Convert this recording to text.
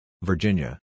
Virginia